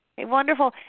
Wonderful